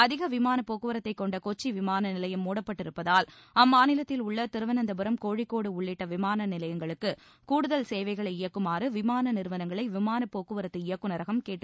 அதிக விமானப் போக்குவரத்தை கொண்ட கொச்சி விமான நிலையம் மூடப்பட்டிருப்பதால் அம்மாநிலத்தில் உள்ள திருவனந்தபுரம் கோழிக்கோடு உள்ளிட்ட விமான நிலையங்களுக்கு கூடுதல் சேவைகளை இயக்குமாறு விமான நிறுவனங்களை விமானப்போக்குவரத்து இயக்குநரகம் கேட்டுக் கொண்டுள்ளது